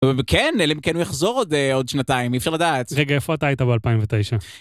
וכן, אלא אם כן הוא יחזור עוד שנתיים, אי אפשר לדעת. רגע, איפה אתה היית ב-2009?